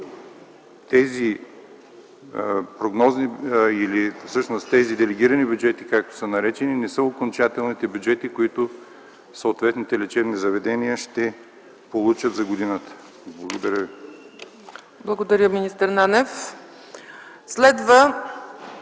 тези прогнози или тези делегирани бюджети, както са наречени, не са окончателните бюджети, които съответните лечебни заведения ще получат за годината. Благодаря ви. ПРЕДСЕДАТЕЛ ЦЕЦКА ЦАЧЕВА: Благодаря, министър Нанев. Следва